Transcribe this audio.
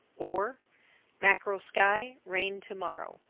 or mackerel sky, rain to-morrow.